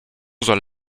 soll